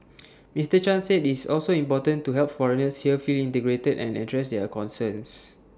Mister chan said it's also important to help foreigners here feel integrated and address their concerns